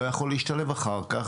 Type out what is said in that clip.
לא יכול להשתלב אחר כך,